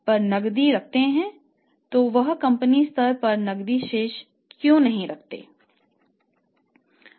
तो वे कंपनी स्तर पर नकद शेष क्यों नहीं रखते